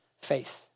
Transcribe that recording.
faith